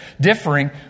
differing